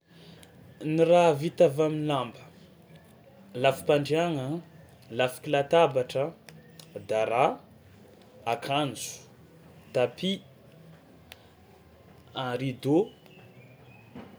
Ny raha vita avy am'lamba: lafi-pandriagna, lafiky latabatra, dara, akanjo, tapis, a rideau.